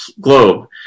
globe